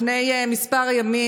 לפני כמה ימים,